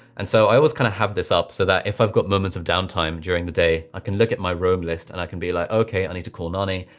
and so i always kind of have this up so that if i've got moments of downtime during the day, i can look at my roam list and i can be like, okay, i need to call nanny,